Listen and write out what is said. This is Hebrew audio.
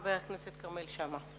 חבר הכנסת כרמל שאמה.